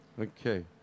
Okay